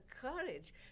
courage